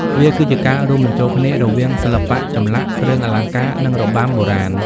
វាគឺជាការរួមបញ្ចូលគ្នារវាងសិល្បៈចម្លាក់ គ្រឿងអលង្ការ និងរបាំបុរាណ។